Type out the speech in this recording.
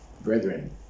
brethren